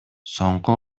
соңку